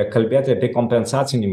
kalbėti apie kompensacinį